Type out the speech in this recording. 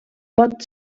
pot